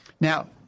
Now